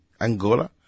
Angola